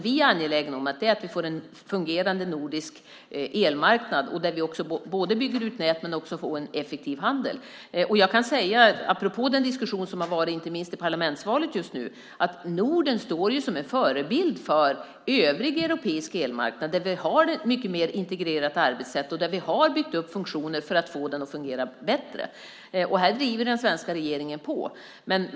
Vi är angelägna om att vi får en fungerande nordisk elmarknad, där vi bygger ut nät men också får en effektiv handel. Jag kan säga apropå den diskussion som har varit, inte minst i parlamentsvalet just nu, att Norden står som en förebild för övrig europeisk elmarknad. Vi har ett mycket mer integrerat arbetssätt, och vi har byggt upp funktioner för att få den att fungera bättre. Där driver den svenska regeringen på.